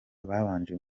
babanje